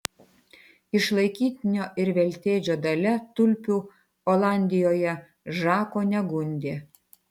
išlaikytinio ir veltėdžio dalia tulpių olandijoje žako negundė